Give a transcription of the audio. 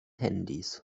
handys